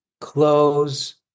close